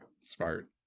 Smart